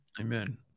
Amen